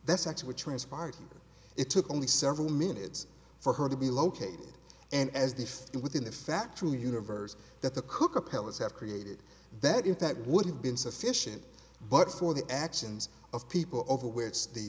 that's actually what transpired it took only several minutes for her to be located and as the first within the fat true universe that the cooker pellets have created that if that would have been sufficient but for the actions of people over where it's the